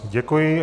Děkuji.